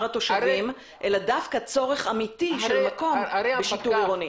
התושבים אלא דווקא צורך אמיתי של מקום בשיטור עירוני.